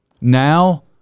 Now